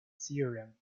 theorem